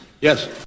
Yes